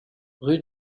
rue